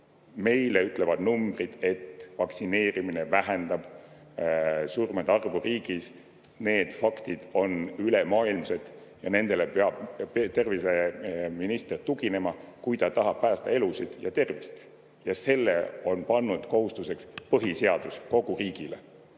Meile ütlevad numbrid, et vaktsineerimine vähendab surmade arvu riigis. Need faktid on ülemaailmsed ja nendele peab terviseminister tuginema, kui ta tahab päästa elusid ja [inimeste] tervist hoida. Ja selle kohustuse on põhiseadus pannud kogu riigile.